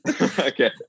Okay